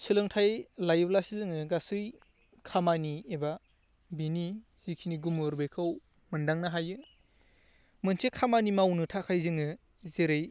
सोलोंथाइ लायोब्लासो जोङो गासै खामानि एबा बिनि जिखिनि गुमुर बेखौ मोनदांनो हायो मोनसे खामानि मावनो थाखाय जोङो जेरै